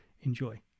Enjoy